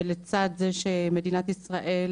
ולצד זה שמדינת ישראל,